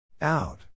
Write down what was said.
Out